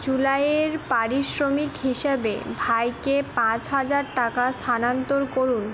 জুুলাইয়ের পারিশ্রমিক হিসাবে ভাইকে পাঁচ হাজার টাকা স্থানান্তর করুন